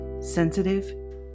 sensitive